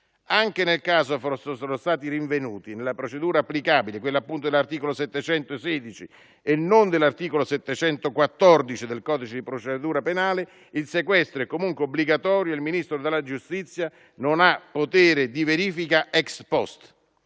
Anche nel caso fossero stati rinvenuti nella procedura applicabile, quella appunto dell'articolo 716 e non dell'articolo 714 del codice di procedura penale, il sequestro è comunque obbligatorio e il Ministro della giustizia non ha potere di verifica *ex post.*